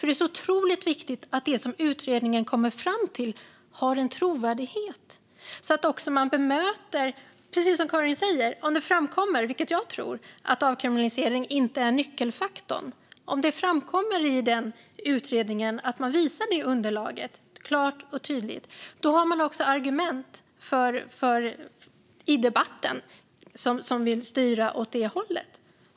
Det är otroligt viktigt att det finns en trovärdighet i det som utredningen kommer fram till. Om det framkommer i utredningen och man i underlaget klart och tydligt visar att avkriminalisering inte är en nyckelfaktor, vilket jag tror, har man också argument i debatten som vill styra åt det hållet.